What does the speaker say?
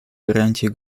гарантии